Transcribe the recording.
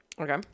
Okay